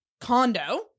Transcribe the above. condo